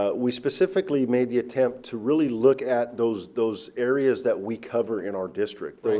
ah we specifically made the attempt to really look at those those areas that we cover in our district.